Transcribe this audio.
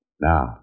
Now